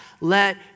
let